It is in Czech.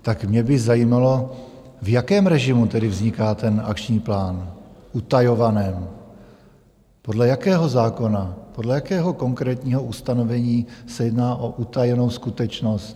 Tak mě by zajímalo, v jakém režimu tedy vzniká ten akční plán, utajovaném, podle jakého zákona, podle jakého konkrétního ustanovení se jedná o utajenou skutečnost?